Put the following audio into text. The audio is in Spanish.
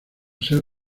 ser